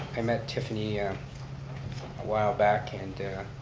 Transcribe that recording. i met tiffany yeah a while back, and